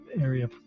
area